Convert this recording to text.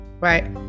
right